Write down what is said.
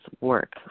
work